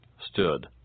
stood